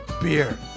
Beer